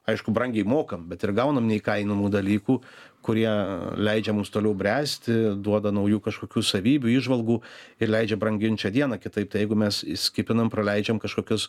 aišku brangiai mokam bet ir gaunam neįkainojamų dalykų kurie leidžia mums toliau bręsti duoda naujų kažkokių savybių įžvalgų ir leidžia brangint šią dieną kitaip tai jeigu mes skipinam praleidžiam kažkokius